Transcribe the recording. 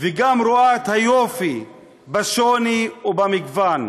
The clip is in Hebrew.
וגם רואה את היופי בשוני ובמגוון.